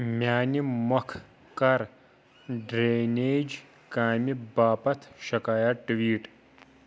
میٛانہِٕ مۄکھٕ کَر ڈرینیج کامہِ باپتھ شِکایَت ٹُویٖٹ